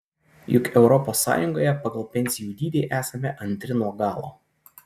juk europos sąjungoje pagal pensijų dydį esame antri nuo galo